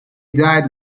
died